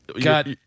got